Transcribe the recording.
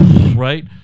right